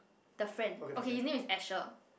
the friend okay his name is Asher